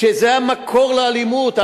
וזה המקור לאלימות,